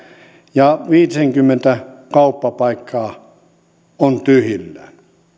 ja viitisenkymmentä kauppapaikkaa on tyhjillään